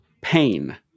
pain